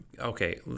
Okay